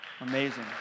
Amazing